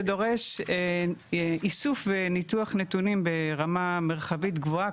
זה דורש איסוף וניתוח נתונים ברמה מרחבית גבוהה,